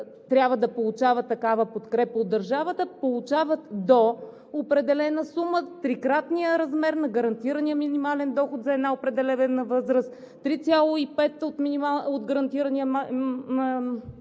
трябва да получава такава подкрепа от държавата и получават до определена сума – трикратния размер на гарантирания минимален доход за една определена възраст – 3,5 от гарантирания минимален доход